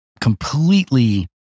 completely